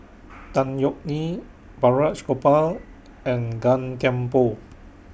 Tan Yeok Nee Balraj Gopal and Gan Thiam Poh